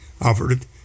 offered